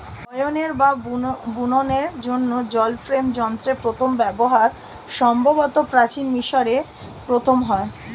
বয়নের বা বুননের জন্য জল ফ্রেম যন্ত্রের প্রথম ব্যবহার সম্ভবত প্রাচীন মিশরে প্রথম হয়